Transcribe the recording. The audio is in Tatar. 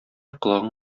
колагың